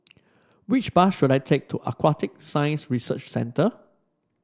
which bus should I take to Aquatic Science Research Centre